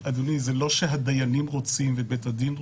אדוני, זה לא שהדיינים רוצים ובית הדין רוצה.